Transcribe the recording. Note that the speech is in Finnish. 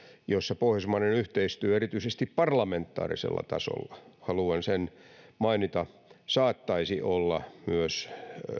jossa pohjoismainen yhteistyö erityisesti parlamentaarisella tasolla haluan sen mainita saattaisi olla myös